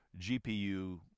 GPU